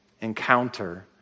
encounter